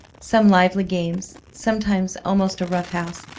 some lively games, sometimes almost a rough-house,